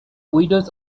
widows